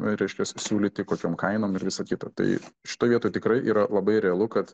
reiškias siūlyti kokiom kainom ir visa kita tai šitoj vietoj tikrai yra labai realu kad